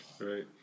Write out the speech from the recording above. right